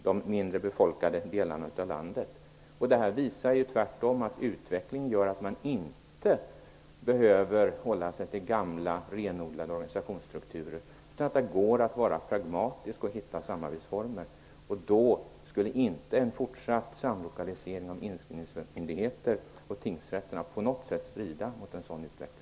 Detta visar att utvecklingen kan leda till att man inte behöver hålla sig till gamla, renodlade organisationsstrukturer. Det går att vara pragmatisk och att komma fram till samarbetsformer. En fortsatt samlokalisering av inskrivningsmyndigheter och tingsrätter skulle inte på något sätt strida mot en sådan utveckling.